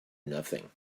nothing